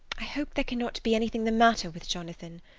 i hope there cannot be anything the matter with jonathan.